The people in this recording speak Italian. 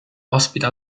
ospita